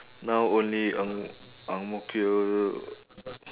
now only ang~ ang mo kio